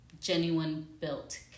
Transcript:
genuine-built